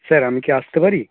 sir আমি কি আসতে পারি